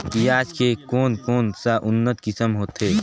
पियाज के कोन कोन सा उन्नत किसम होथे?